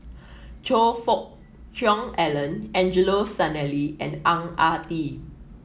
Choe Fook Cheong Alan Angelo Sanelli and Ang Ah Tee